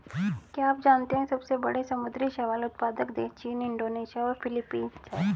क्या आप जानते है सबसे बड़े समुद्री शैवाल उत्पादक देश चीन, इंडोनेशिया और फिलीपींस हैं?